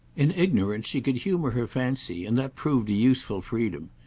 in ignorance she could humour her fancy, and that proved a useful freedom.